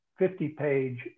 50-page